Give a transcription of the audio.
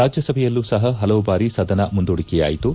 ರಾಜ್ಯಸಭೆಯಲ್ಲೂ ಸಹ ಹಲವು ಬಾರಿ ಸದನ ಮುಂದೂಡಿಕೆಯಾಯಿತು